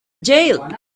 jail